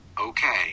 okay